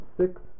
six